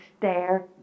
stare